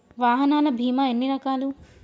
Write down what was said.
వాహనాల బీమా ఎన్ని రకాలు?